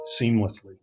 seamlessly